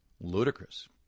Ludicrous